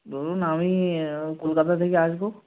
ধরুন আমি কলকাতা থেকে আসবো